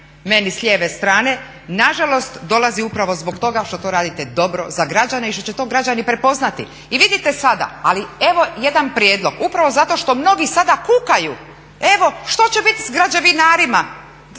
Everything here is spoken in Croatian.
meni s lijeve strane, nažalost dolazi upravo zbog toga što to radite dobro za građane i što će to građani prepoznati. I vidite sada, ali evo jedan prijedlog, upravo zato što mnogi sada kukaju evo što će biti s građevinarima